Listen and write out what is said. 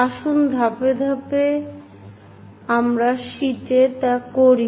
আসুন ধাপে ধাপে আমাদের শীটে তা করি